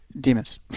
demons